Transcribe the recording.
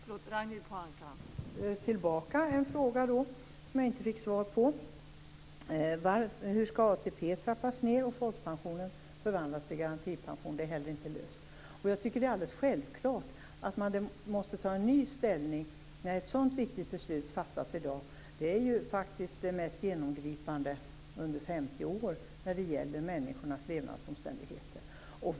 Fru talman! Jag bollar tillbaka en fråga som jag inte fick svar på: Hur skall ATP trappas ned och folkpensionen förvandlas till garantipension? Inte heller detta är löst. Jag tycker att det är alldeles självklart att man på nytt måste ta ställning när det ett så viktigt beslut fattas i dag. Det är faktiskt det mest genomgripande beslutet på 50 år när det gäller människors levnadsomständigheter.